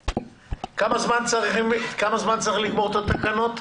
כמה זמן צריך כדי לסיים את התקנות?